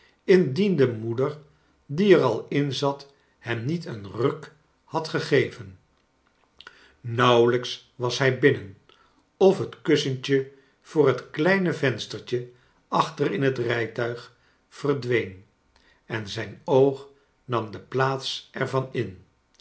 de moeder die er al in zat hem niet een ruk had gegeven nauwelijks was hij binnen of het kussentje voor het kleine venstertje achter in het fijtuig verdween en zijn oog nam de plaats er